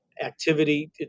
activity